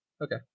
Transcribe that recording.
Okay